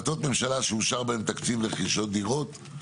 החלטות ממשלה שאושר בהם תקציב לרכישת דירות,